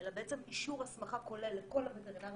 אלא בעצם אישור הסמכה כוללת לכל הווטרינרים